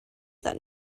that